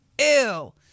Ew